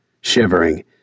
shivering